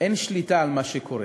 אין שליטה על מה שקורה.